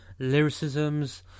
lyricisms